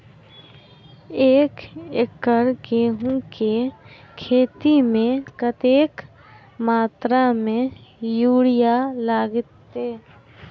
एक एकड़ गेंहूँ केँ खेती मे कतेक मात्रा मे यूरिया लागतै?